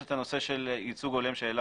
יש את הנושא של ייצוג הולם.